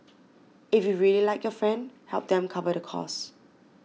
if you really like your friend help them cover the cost